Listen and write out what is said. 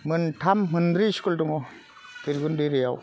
मोनथाम मोनब्रै स्कुल दङ भैरबकुन्द' एरियायाव